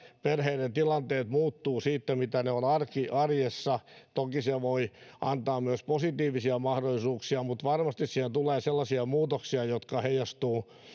perheiden tilanteet muuttuvat siitä mitä ne ovat arjessa toki se voi antaa myös positiivisia mahdollisuuksia mutta varmasti siellä tulee sellaisia muutoksia jotka heijastuvat